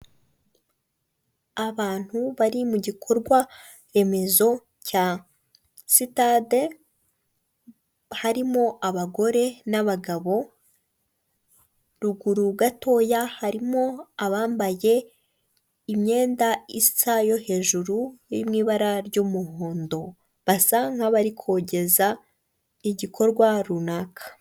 Abantu bari mu gikorwa remezo cya sitade harimo abagore n'abagabo, ruguru gatoya harimo abambaye imyenda isa yo hejuru iri mu ibara ry'umuhondo basa nk'abari kogeza igikorwa runaka.